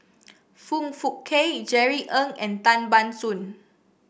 Foong Fook Kay Jerry Ng and Tan Ban Soon